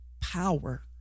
power